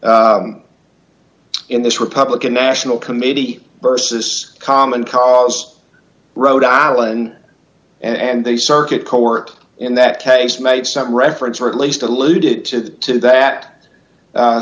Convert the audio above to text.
court in this republican national committee versus common cause rhode island and the circuit court in that case made some reference or at least alluded to that